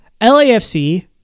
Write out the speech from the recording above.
LAFC